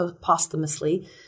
posthumously